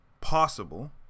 possible